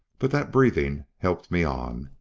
but that breathing helped me on,